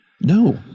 No